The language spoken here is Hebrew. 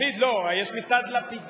לפיד לא, יש מצעד לפידים,